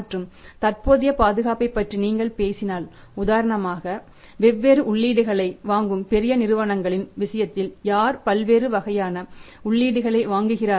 மற்றும் தற்போதைய பாதுகாப்பைப் பற்றி நீங்கள் பேசினால் உதாரணமாக வெவ்வேறு உள்ளீடுகளை வாங்கும் பெரிய நிறுவனங்களின் விஷயத்தில் யார் பல்வேறு வகையான உள்ளீடுகளை வாங்குகிறார்கள்